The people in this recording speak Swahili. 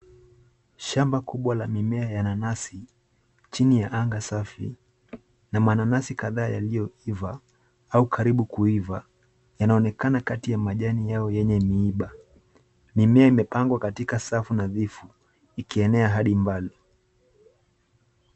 Shamba kubwa la mimea ya nanasi, chini ya anga safi, na mananasi kadhaa yaliyoiva au karibu kuiva, yanaonekana kati ya majani yao yenye miiba. Mimea imepangwa katika safu nadhifu, ikienea hadi mbali.